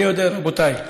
אני יודע, רבותיי,